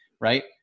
right